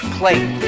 plate